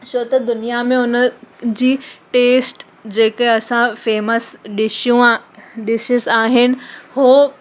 छो त दुनिया में हुन जी टेस्ट जेके असां फ़ेमस डिशूं आहे डिशिस आहिनि उहो